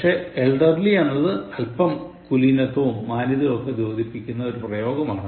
പക്ഷേ elderly എന്നത് അല്പം കുലിനത്വവും മാന്യതയും ഒക്കെ ദ്യോദിപ്പിക്കുന്ന ഒരു പ്രയോഗമാണ്